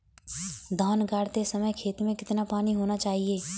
धान गाड़ते समय खेत में कितना पानी होना चाहिए?